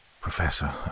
Professor